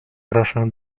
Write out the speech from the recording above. proszę